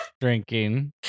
drinking